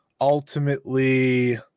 ultimately